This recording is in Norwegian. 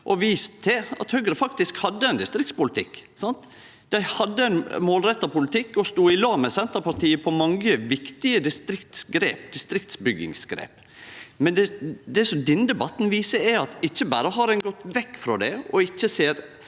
og vist til at Høgre faktisk hadde ein distriktspolitikk. Dei hadde ein målretta politikk og stod i lag med Senterpartiet om mange viktige distriktsbyggingsgrep. Det denne debatten viser, er at ikkje berre har ein gått vekk frå det og ikkje ser